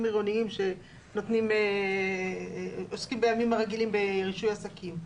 עירוניים שעוסקים בימים הרגילים ברישוי עסקים.